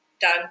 done